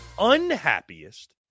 unhappiest